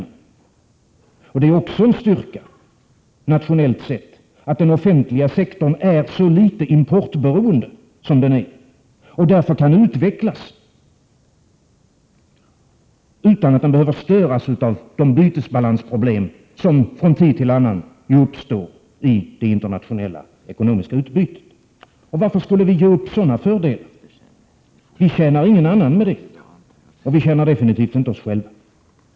Nationellt sett är det också en styrka att den offentliga sektorn inte är så importberoende som den nu är, och därför kan utvecklas utan att behöva störas av de bytesbalansproblem som från tid till annan uppstår i det internationella ekonomiska utbytet. Varför skall vi börja ge upp sådana fördelar? Det tjänar inte någon annan, och det tjänar definitivt inte oss själva.